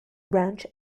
branch